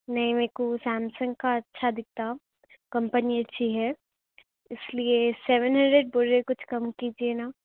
نہیں میرے کو سیمسنگ کا اچھا دِکھتا کمپنی اچھی ہے اِس لیے سیون ہنڈریڈ بولیے کچھ کم کیجیے نا